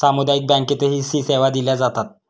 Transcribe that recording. सामुदायिक बँकेतही सी सेवा दिल्या जातात